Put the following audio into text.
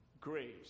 grace